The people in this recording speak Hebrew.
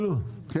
כן.